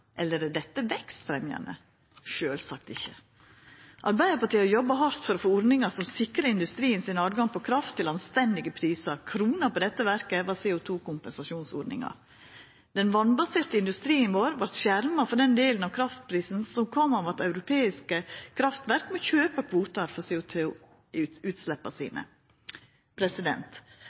eller er det vekstfremjande? Sjølvsagt ikkje. Arbeidarpartiet har jobba hardt for å få ordningar som sikra industrien sin tilgang på kraft til anstendige prisar. Krona på dette verket var CO2-kompensasjonsordninga. Den vasskraftbaserte industrien vår vart skjerma for den delen av kraftprisen som kom av at europeiske kraftverk må kjøpe kvotar for CO2-utslippa sine.